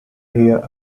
here